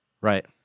right